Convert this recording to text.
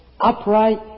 upright